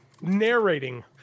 Narrating